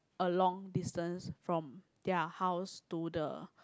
a long distance from their house to the